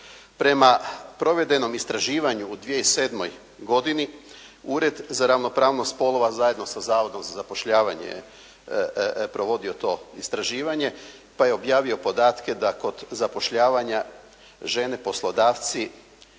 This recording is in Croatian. Prema provedenom istraživanju u 2007. godini Ured za ravnopravnost spolova zajedno sa Zavodom za zapošljavanje provodio to istraživanje, pa je objavio podatke da kod zapošljavanja žene poslodavci